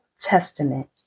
testament